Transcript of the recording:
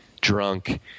drunk